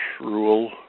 rule